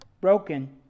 broken